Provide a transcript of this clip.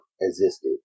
existed